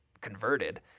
converted –